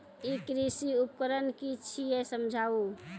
ई कृषि उपकरण कि छियै समझाऊ?